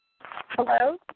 Hello